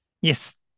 Yes